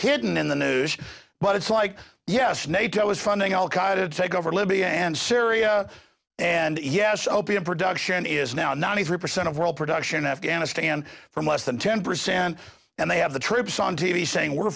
hidden in the news but it's like yes nato is funding al qaida take over libya and syria and yes opium production is now ninety three percent of world production afghanistan from less than ten percent and they have the troops on t v saying we're